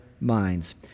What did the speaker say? minds